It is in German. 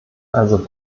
also